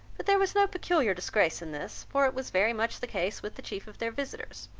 but there was no peculiar disgrace in this for it was very much the case with the chief of their visitors,